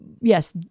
Yes